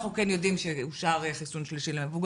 אנחנו כן יודעים שאושר חיסון שלישי למבוגרים,